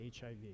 HIV